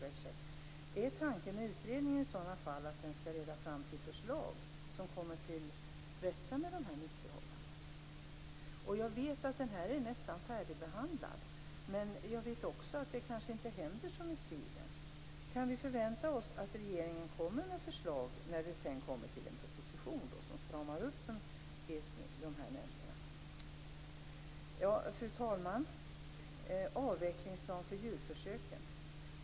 Är tanken med utredningen att den skall leda fram till förslag som gör att man kommer till rätta med de här missförhållandena? Jag vet att det här nästan är färdigbehandlat. Men jag vet också att det kanske inte händer så mycket. Kan vi förvänta oss att regeringen kommer med förslag som stramar upp nämnderna när vi kommer till en proposition? Fru talman! Så till avvecklingsplan för djurförsök.